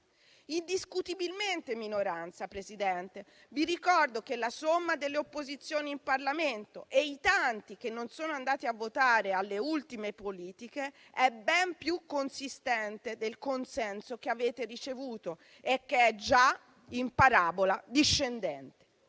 indiscutibilmente minoranza. Vi ricordo che la somma delle opposizioni in Parlamento e i tanti che non sono andati a votare alle ultime elezioni politiche è ben più consistente del consenso che avete ricevuto e che è già in parabola discendente.